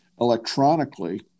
electronically